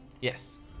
Yes